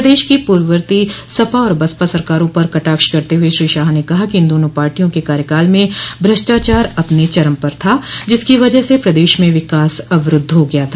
प्रदेश की पूर्ववर्ती सपा और बसपा सरकारों पर कटाक्ष करते हुए श्री शाह ने कहा कि इन दोनों पार्टियों के कार्यकाल में भ्रष्टाचार अपने चरम था जिसकी वजह से प्रदेश में विकास अवरूद्ध हो गया था